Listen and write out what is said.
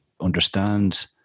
understand